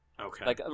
Okay